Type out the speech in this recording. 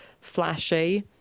flashy